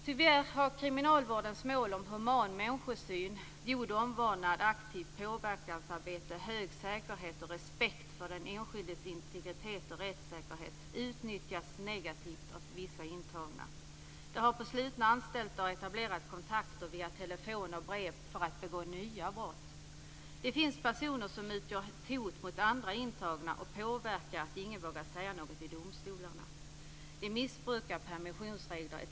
Tyvärr har kriminalvårdens mål om human människosyn, god omvårdnad, aktivt påverkansarbete, hög säkerhet och respekt för den enskildes integritet och rättssäkerhet utnyttjats negativt av vissa intagna. Det har på slutna anstalter etablerats kontakter via telefon och brev för att begå nya brott. Det finns personer som utgör ett hot mot andra intagna, och de påverkar så att ingen vågar säga något i domstol. De missbrukar permissionsregler, etc.